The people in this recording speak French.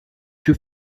que